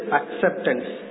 acceptance